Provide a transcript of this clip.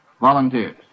Volunteers